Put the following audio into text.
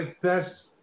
best